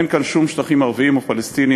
אין כאן שום שטחים ערביים או פלסטיניים,